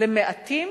למעטים